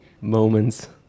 moments